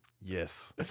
yes